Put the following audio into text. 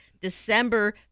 December